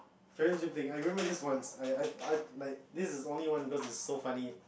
very same thing I remember this once I I I like this is only one because it's so funny